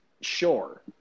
Sure